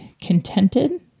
contented